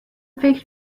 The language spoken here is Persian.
فکر